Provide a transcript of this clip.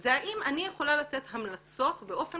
זה האם אני יכולה לתת המלצות באופן